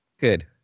Good